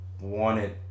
wanted